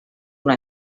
una